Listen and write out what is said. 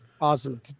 Awesome